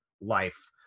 life